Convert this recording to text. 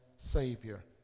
Savior